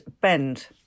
Bend